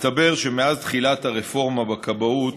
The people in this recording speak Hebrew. מסתבר שמאז תחילת הרפורמה בכבאות,